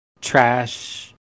trash